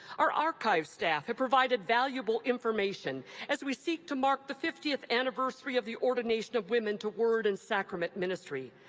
our archives staff have provided valuable information as we seek to mark the fiftieth anniversary of the ordination of women to word and sacrament ministry.